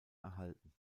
erhalten